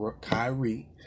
Kyrie